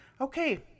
okay